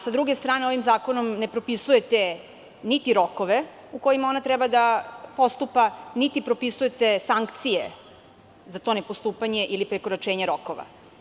Sa druge strane, ovim zakonom ne propisujete niti rokove u kojima ona treba da postupa, niti propisujete sankcije za to ne postupanje ili prekoračenje rokova.